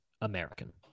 American